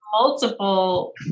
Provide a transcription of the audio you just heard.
Multiple